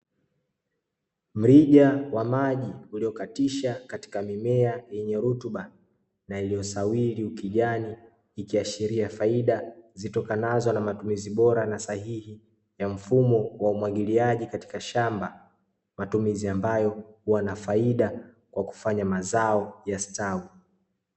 Mrija wa maji uliokatisha katika mimea yenye rutuba na iliyosawiri ukijani, ikiashiria faida zitokanazo na matumizi bora na sahihi ya mfumo wa umwagiliaji katika shamba. Matumizi ambayo huwa na faida kwa kufanya mazao yastawi.